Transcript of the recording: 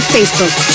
Facebook